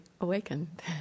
awakened